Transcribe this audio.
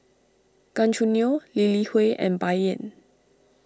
Gan Choo Neo Lee Li Hui and Bai Yan